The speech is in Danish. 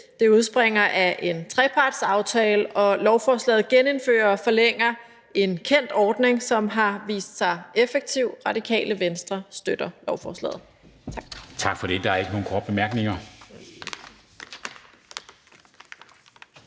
Det udspringer af en trepartsaftale, og lovforslaget genindfører og forlænger en kendt ordning, som har vist sig effektiv. Radikale Venstre støtter lovforslaget. Tak. Kl. 16:19 Formanden (Henrik